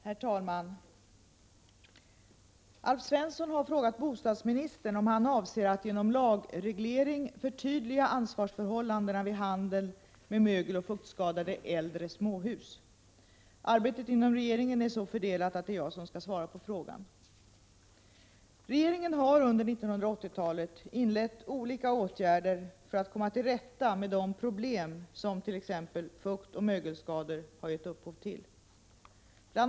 Herr talman! Alf Svensson har frågat bostadsministern om han avser att genom lagreglering förtydliga ansvarsförhållandena vid handel med mögeloch fuktskadade äldre småhus. Arbetet inom regeringen är så fördelat att det är jag som skall svara på frågan. Regeringen har under 1980-talet inlett olika åtgärder för att komma till rätta med de problem som t.ex. fukt och mögelskador har gett upphov till. Bl.